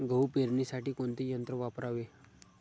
गहू पेरणीसाठी कोणते यंत्र वापरावे?